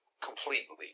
completely